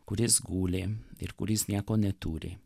kuris guli ir kuris nieko neturi